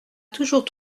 toujours